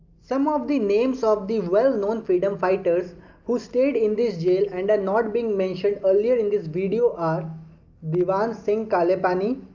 some of the names of the well known freedom fighters who stayed in this jail and are not been mentioned earlier in this video are diwan singh kalepani,